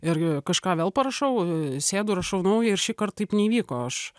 irgi kažką vėl parašau sėdu ir rašau naują ir šįkart taip neįvyko aš